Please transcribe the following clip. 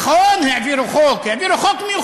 נכון, העבירו חוק,